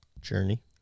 Journey